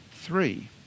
Three